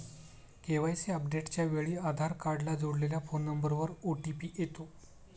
KYC अपडेटच्या वेळी आधार कार्डला जोडलेल्या फोन नंबरवर ओ.टी.पी येतो